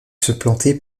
supplantée